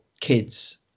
kids